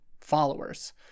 followers